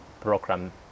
program